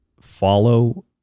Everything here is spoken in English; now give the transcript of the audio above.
follow